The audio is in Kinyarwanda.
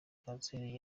kanseri